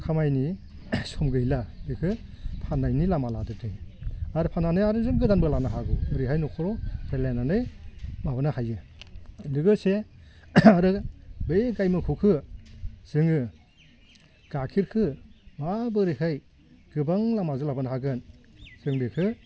खामायनि सम गैला बेखौ फाननायनि लामा लादेरदों आरो फाननानै आरो जों गोदानबो लानो हागौ ओरैहाय नखराव रायलायनानै माबानो हायो लोगोसे आरो बैनिफ्राइ मोखौखो जोङो गाखिरखौ माबोरैहाय गोबां लामाजों लाबोनो हागोन जों बेखौ